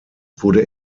wurde